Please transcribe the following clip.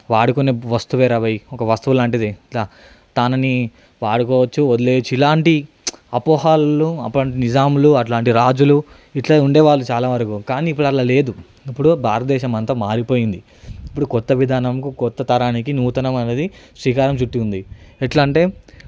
వాడుకునే వస్తువేరా భై ఒక వస్తువు లాంటిది తనని వాడుకోవచ్చు వదిలేయొచ్చు ఇలాంటి అపోహలు అప్పటి నిజాములు అట్లాంటి రాజులు ఇట్లా ఉండే వాళ్ళు చాలా వరకు కానీ ఇప్పుడు అలా లేదు ఇప్పుడు భారతదేశమం అంత మారిపోయింది ఇప్పుడు కొత్త విధానం కొత్త తరానికి నూతనం అనేది శ్రీకారం చుట్టి ఉంది ఎలా అంటే